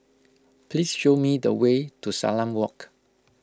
please show me the way to Salam Walk